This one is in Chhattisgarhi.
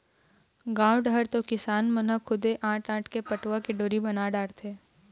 गाँव डहर तो किसान मन ह खुदे आंट आंट के पटवा के डोरी बना डारथे